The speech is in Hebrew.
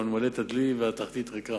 נמלא את הדלי, והתחתית ריקה.